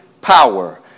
power